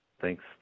thanks